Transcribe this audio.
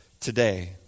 today